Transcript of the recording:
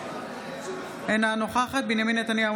אינה נוכחת בנימין נתניהו,